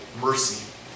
mercy